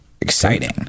exciting